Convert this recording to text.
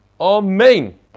Amen